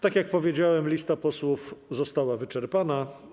Tak jak powiedziałem, lista posłów została wyczerpana.